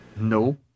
no